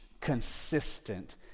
consistent